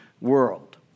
world